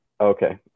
Okay